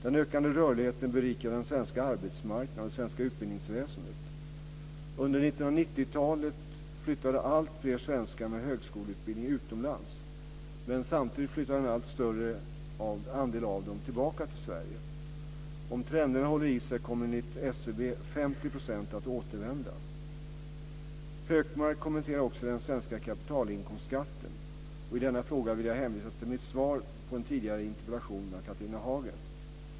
Den ökande rörligheten berikar den svenska arbetsmarknaden och det svenska utbildningsväsendet. Under 1990-talet flyttade alltfler svenskar med högskoleutbildning utomlands men samtidigt flyttade en allt större andel av dem tillbaka till Sverige. Om trenderna håller i sig kommer enligt SCB 50 % att återvända. Hökmark kommenterar också den svenska kapitalinkomstskatten och i denna fråga vill jag hänvisa till mitt svar på en tidigare interpellation av Catharina Hagen.